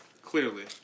Clearly